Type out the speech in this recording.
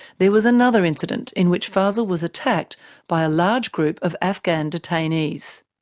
there was another incident, in which fazel was attacked by a large group of afghan detainees.